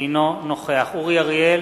אינו נוכח אורי אריאל,